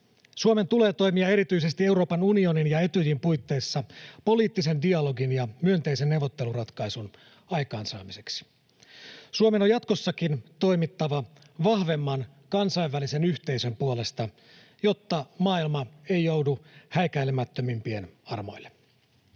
Suomen tulee toimia erityisesti Euroopan unionin ja Etyjin puitteissa poliittisen dialogin ja myönteisen neuvotteluratkaisun aikaansaamiseksi. Suomen on jatkossakin toimittava vahvemman kansainvälisen yhteisön puolesta, jotta maailma ei joudu häikäilemättömimpien armoille.